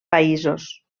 països